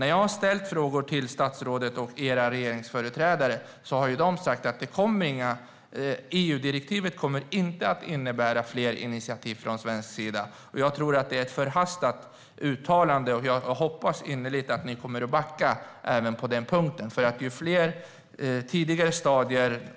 När jag har ställt frågor till statsrådet och era regeringsföreträdare har de sagt att EU-direktivet inte kommer att innebära fler initiativ från svensk sida. Jag tror att det är ett förhastat uttalande, och jag hoppas innerligt att ni kommer att backa även på den punkten.